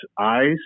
eyes